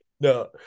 No